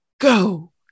Go